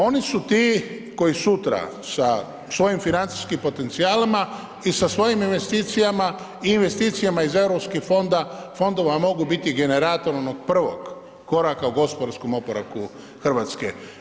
Oni su ti koji sutra sa svojim financijskim potencijalima i sa svojim investicijama i investicijama iz EU fonda, fondova mogu biti generator onog prvog koraka u gospodarskom oporavku Hrvatske.